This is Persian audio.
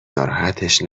ناراحتش